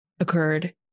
occurred